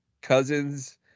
Cousins